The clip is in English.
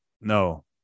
no